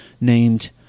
named